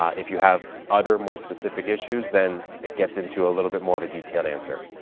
if you have other more specific issues, then it gets into a little bit more of a detailed answer.